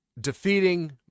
defeating